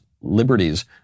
liberties